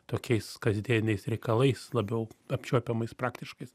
tokiais kasdieniais reikalais labiau apčiuopiamais praktiškais